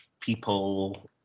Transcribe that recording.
people